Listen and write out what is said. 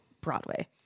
Broadway